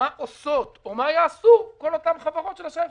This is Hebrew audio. מה עושות או מה יעשו כל אותן חברות של אשראי חוץ-בנקאי.